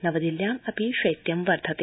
नवदिल्ल्यामपि शैत्यं वर्धते